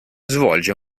svolge